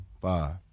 five